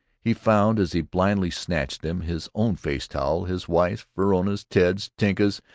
he found, as he blindly snatched them his own face-towel, his wife's, verona's, ted's, tinka's,